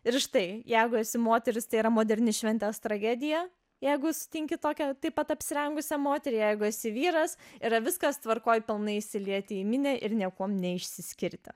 ir štai jeigu esi moteris tai yra moderni šventės tragedija jeigu sutinki tokią taip pat apsirengusią moterį jeigu esi vyras yra viskas tvarkoj pilnai įsilieti į minią ir niekuom neišsiskirti